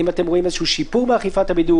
האם אתם רואים שיפור באכיפת הבידוד?